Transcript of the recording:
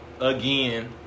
again